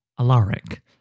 Alaric